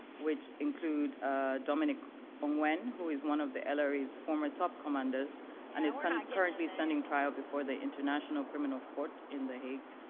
which include dominic ongwen, who is one of the lra's former top commanders and is kind of currently standing trial before the international criminal court in the hague,